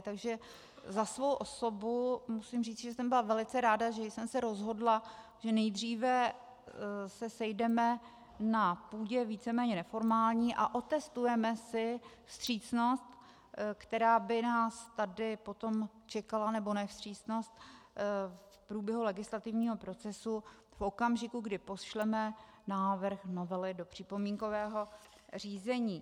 Takže za svou osobu musím říci, že jsem byla velice ráda, že jsem se rozhodla, že nejdříve se sejdeme na půdě víceméně neformální a otestujeme si vstřícnost, která by nás potom tady čekala nebo ne vstřícnost v průběhu legislativního procesu, v okamžiku, kdy pošleme návrh novely do připomínkového řízení.